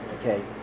Okay